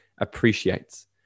appreciates